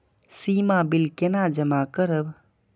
सीमा bill केना जमा करब?